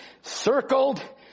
circled